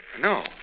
No